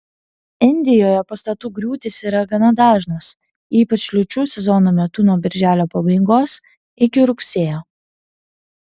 indijoje pastatų griūtys yra gana dažnos ypač liūčių sezono metu nuo birželio pabaigos iki rugsėjo